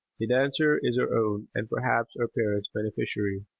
the dancer is her own and perhaps her parents' beneficiary.